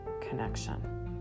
connection